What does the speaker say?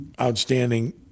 outstanding